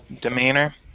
Demeanor